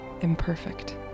imperfect